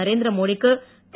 நரேந்திரமோடிக்கு திரு